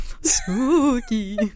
Spooky